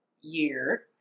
year